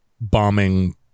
bombing